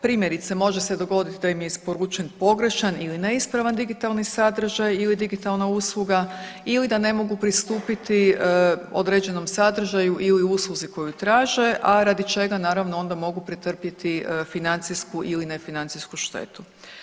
Primjerice može se dogoditi da im je isporučen pogrešan ili neispravan digitalni sadržaj ili digitalna usluga ili da ne mogu pristupiti određenom sadržaju ili usluzi koju traže, a radi čega naravno onda mogu pretrpjeti financijsku ili nefinancijsku štetu.